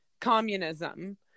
communism